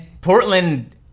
Portland